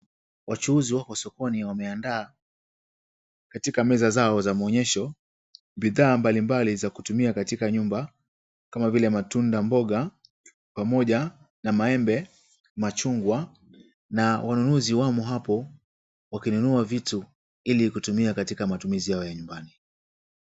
Wachuuzi wako sokoni wameandaa katika meza zao za muonyesho bidhaa mbali mbali za kutumia katika nyumba kama vile matunda mboga pamoja na maembe machungwa, na wanunuzi wamo hapo wakinunua vitu ilikutumia katika manunuzi yao ya nyumbani.